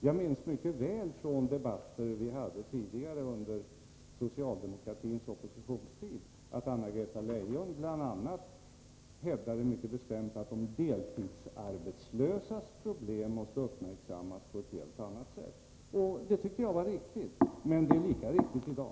Jag minns mycket väl från debatter vi hade under socialdemokratins oppositionstid att Anna-Greta Leijon bl.a. mycket bestämt hävdade att de deltidsarbetslösas problem måste uppmärksammas på ett helt annat sätt. Det tyckte jag var riktigt. Men det är lika riktigt i dag.